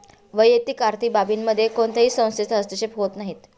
वैयक्तिक आर्थिक बाबींमध्ये कोणत्याही संस्थेचा हस्तक्षेप होत नाही